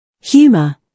Humor